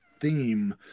theme